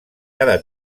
cada